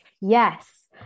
yes